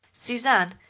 suzanne,